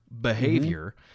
behavior